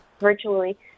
virtually